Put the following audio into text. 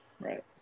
Right